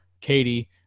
Katie